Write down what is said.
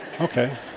okay